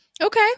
Okay